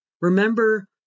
Remember